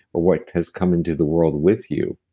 or what has come into the world with you.